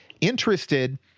interested